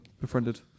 befriended